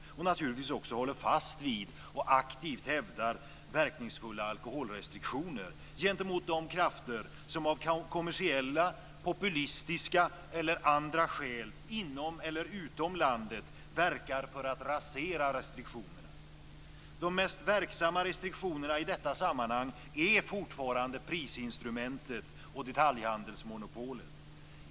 Det ska naturligtvis också hålla fast vid och aktivt hävda verkningsfulla alkoholrestriktioner gentemot de krafter som av kommersiella, populistiska eller andra skäl, inom eller utom landet, verkar för att rasera restriktionerna. De mest verksamma restriktionerna i detta sammanhang är fortfarande prisinstrumentet och detaljhandelsmonopolet.